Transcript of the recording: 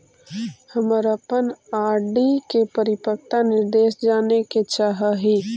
हम अपन आर.डी के परिपक्वता निर्देश जाने के चाह ही